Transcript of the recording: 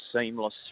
seamless